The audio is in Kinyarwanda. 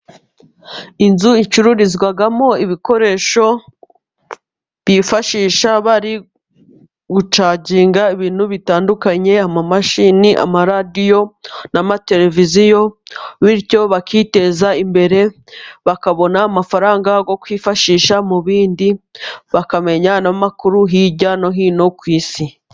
Inzu icururizwamo ibikoresho byifashishwa bari gucaginga ibintu bitandukanye. amashini, amaradiyo n'amateleviziyo, bityo bakiteza imbere bakabona amafaranga yo kwifashisha mu bindi, bakamenya n'amakuru hirya no hino ku isi.